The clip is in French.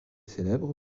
célèbre